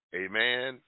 amen